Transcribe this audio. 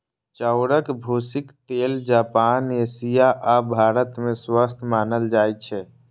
चाउरक भूसीक तेल जापान, एशिया आ भारत मे स्वस्थ मानल जाइ छै